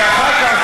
כי אחר כך,